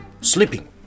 sleeping